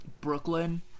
Brooklyn